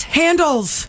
handles